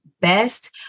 best